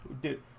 dude